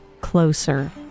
closer